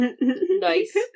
nice